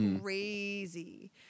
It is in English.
crazy